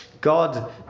God